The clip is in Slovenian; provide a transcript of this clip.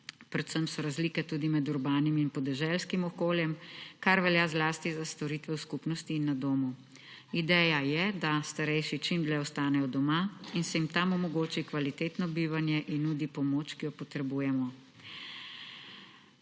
predvsem so razlike tudi med urbanim in podeželskim okoljem, kar velja zlasti za storitve v skupnosti in na domu. Ideja je, da starejši čim dlje ostanejo doma in se jim tam omogoči kvalitetno bivanje in nudi pomoč, ki jo potrebujejo.